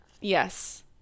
Yes